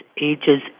ages